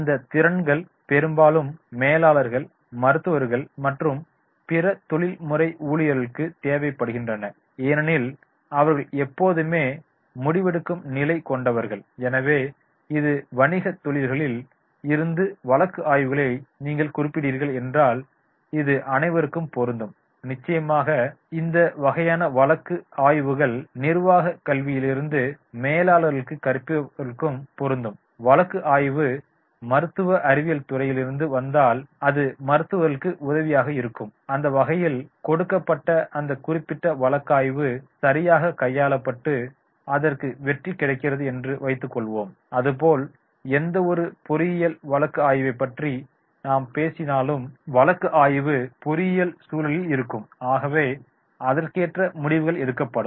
இந்த திறன்கள் பெரும்பாலும் மேலாளர்கள் மருத்துவர்கள் மற்றும் பிற தொழில்முறை ஊழியர்களுக்கு தேவைப்படுகின்றன ஏனெனில் அவர்கள் எப்போதுமே முடிவெடுக்கும் நிலை கொண்டவர்கள் எனவே இது வணிகத் தொழில்களில் இருந்து வழக்கு ஆய்வுகளை நீங்கள் குறிப்பிடுகிறீர்கள் என்றால் இது அனைவருக்கும் பொருந்தும் நிச்சயமாக இந்த வகையான வழக்கு ஆய்வுகள் நிர்வாகக் கல்வியிலிருந்து மேலாளர்களுக்கும் கற்பவர்களுக்கும் பொருந்தும் வழக்கு ஆய்வு மருத்துவ அறிவியல்துறையிலிருந்து வந்தால் அது மருத்துவர்களுக்கு உதவியாக இருக்கும் அந்த வகையில் கொடுக்கப்பட்ட அந்த குறிப்பிட்ட வழக்காய்வு சரியாக கையாளப்பட்டு அதற்கு வெற்றி கிடைக்கிறது என்று வைத்துக்கொள்ளவோம் அதுபோல் எந்தவொரு பொறியியல் வழக்கு ஆய்வை பற்றி நாம் பேசினாலும் வழக்கு ஆய்வு பொறியியல் சூழலில் இருக்கும் ஆகவே அதற்கேற்ற முடிவுகள் எடுக்கப்படும்